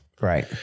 Right